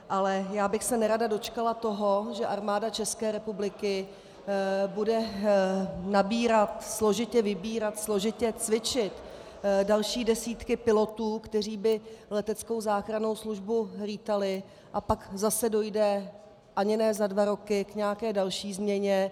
Ale já bych se nerada dočkala toho, že Armáda České republiky bude nabírat, složitě vybírat, složitě cvičit další desítky pilotů, kteří by leteckou záchrannou službu létali, a pak zase dojde ani ne za dva roky k nějaké další změně.